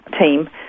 team